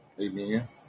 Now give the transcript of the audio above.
Amen